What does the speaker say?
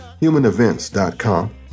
humanevents.com